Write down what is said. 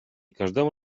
każdemu